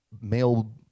male